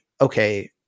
okay